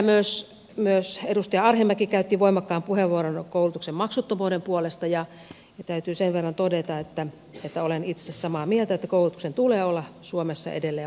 täällä myös edustaja arhinmäki käytti voimakkaan puheenvuoron koulutuksen maksuttomuuden puolesta ja täytyy sen verran todeta että olen itse samaa mieltä että koulutuksen tulee olla suomessa edelleen maksutonta